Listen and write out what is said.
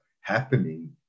happening